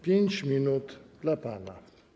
5 minut dla pana.